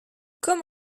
comme